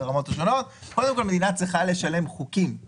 נניח שצריך להפריש מתקציב